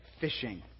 fishing